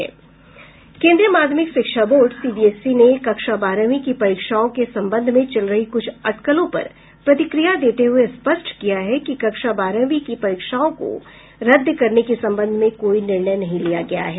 केन्द्रीय माध्यमिक शिक्षा बोर्ड सीबीएसई ने कक्षा बारहवीं की परीक्षाओं के संबंध में चल रही कुछ अटकलों पर प्रतिक्रिया देते हुए स्पष्ट किया है कि कक्षा बारहवीं की परीक्षाओं को रद्द करने के संबंध में कोई निर्णय नहीं लिया गया है